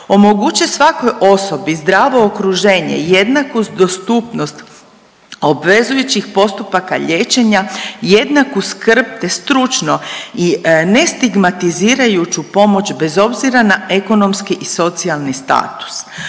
omoguće svakoj osobi zdravo okruženje i jednaku dostupnost obvezujućih postupaka liječenja, jednaku skrb, te stručno i ne stigmatizirajuću pomoć bez obzira na ekonomski i socijalni status,